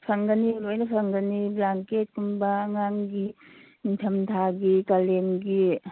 ꯐꯪꯒꯅꯤ ꯂꯣꯏꯅ ꯐꯪꯒꯅꯤ ꯕ꯭ꯂꯥꯡꯀꯦꯠꯀꯨꯝꯕ ꯑꯉꯥꯡꯒꯤ ꯏꯪꯊꯝꯊꯥꯒꯤ ꯀꯥꯂꯦꯟꯒꯤ